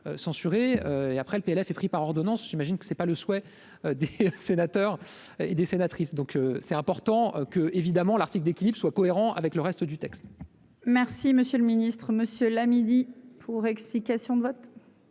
et après le PLF est pris par ordonnance, j'imagine que c'est pas le souhait des sénateurs et des sénatrices, donc c'est important que évidemment l'article d'équilibre soit cohérent avec le reste du texte. Merci, Monsieur le Ministre Monsieur là midi pour explication de vote.